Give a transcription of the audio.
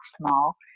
small